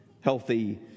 healthy